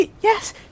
Yes